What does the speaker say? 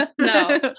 No